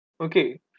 Okay